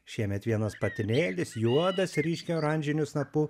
šiemet vienas patinėlis juodas ryškiai oranžiniu snapu